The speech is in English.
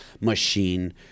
machine